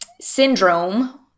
syndrome